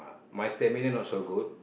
my stamina not so good